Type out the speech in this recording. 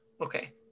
Okay